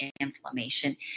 inflammation